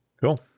Cool